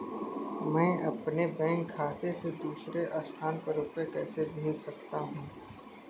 मैं अपने बैंक खाते से दूसरे स्थान पर रुपए कैसे भेज सकता हूँ?